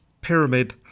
Pyramid